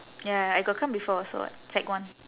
ya I got come before also [what] sec one